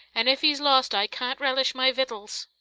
an' if he's lost i can't relish my vittles!